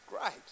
great